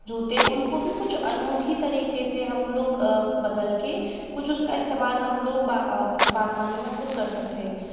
जूते उनको भी कुछ अनोखी तरीके से हम लोग बदल के कुछ उसका इस्तेमाल हम लोग बा बागबानी में हम लोग कर सकते हैं